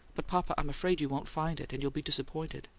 but, papa, i'm afraid you won't find it, and you'll be disappointed.